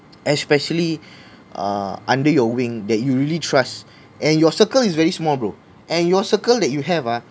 especially uh under your wing that you really trust and your circle is very small bro and your circle that you have ah